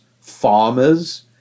farmers